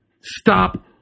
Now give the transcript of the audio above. stop